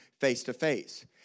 face-to-face